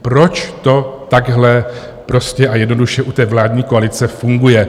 Proč to takhle prostě a jednoduše u vládní koalice funguje?